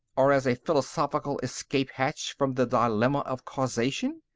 or as a philosophical escape-hatch from the dilemma of causation?